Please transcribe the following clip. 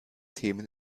themen